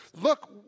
Look